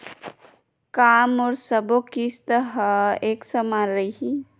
का मोर सबो किस्त ह एक समान रहि?